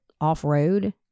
off-road